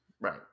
Right